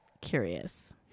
curious